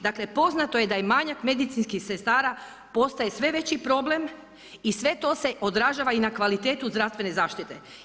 Dakle, poznato je da je manjak medicinskih sestara postaje sve veći problem i sve to se odražava i na kvalitetu zdravstvene zaštite.